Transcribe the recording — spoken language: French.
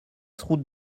route